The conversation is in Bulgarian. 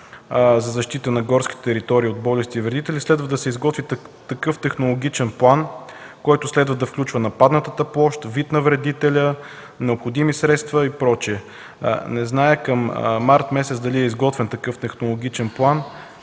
за защита на горски територии от болести и вредители следва да се изготви такъв технологичен план, който да включва нападнатата площ, вид на вредителя, необходими средства и прочие. Не зная дали към март месец е изготвен такъв технологичен план